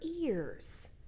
ears